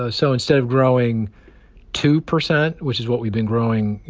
ah so instead of growing two percent, which is what we've been growing, you